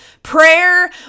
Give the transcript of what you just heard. Prayer